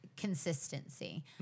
consistency